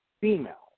female